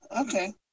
okay